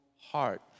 heart